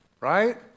right